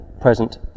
present